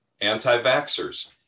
anti-vaxxers